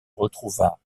retrouva